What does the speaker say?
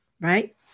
Right